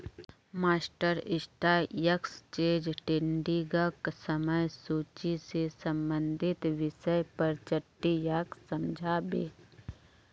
master stock exchange ट्रेडिंगक समय सूची से संबंधित विषय पर चट्टीयाक समझा बे